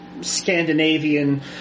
Scandinavian